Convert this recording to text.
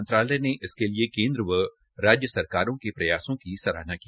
मंत्रालय ने इसके लिए केन्द्र व राज्य सरकारों के प्रयासों की सराहना की